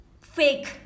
fake